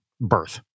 birth